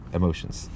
emotions